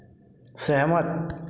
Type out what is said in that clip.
सहमत